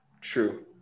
True